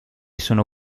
sono